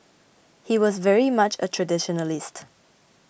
he was very much a traditionalist